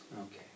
Okay